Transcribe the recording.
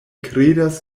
kredas